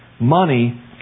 Money